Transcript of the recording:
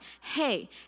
hey